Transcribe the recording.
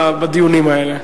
בדיונים האלה.